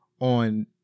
on